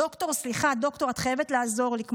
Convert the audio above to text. דוקטור, סליחה, דוקטור, את חייבת לעזור לי.